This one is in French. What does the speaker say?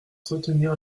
soutenir